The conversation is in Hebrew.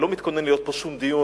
ולא מתוכנן להיות פה שום דיון.